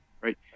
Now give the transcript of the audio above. Right